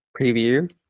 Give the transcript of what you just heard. preview